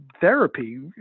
therapy